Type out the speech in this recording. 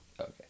Okay